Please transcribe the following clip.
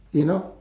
you know